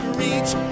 reach